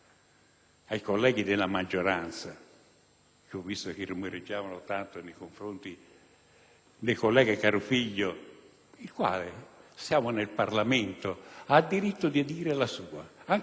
del senatore Carofiglio, il quale, essendo in Parlamento, ha diritto di dire la sua anche se può essere cosa non piacevole e non grata alla maggioranza